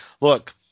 look –